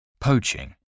Poaching